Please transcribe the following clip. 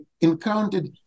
encountered